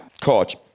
Coach